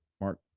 Mark